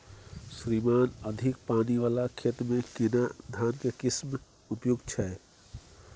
श्रीमान अधिक पानी वाला खेत में केना धान के किस्म उपयुक्त छैय?